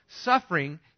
suffering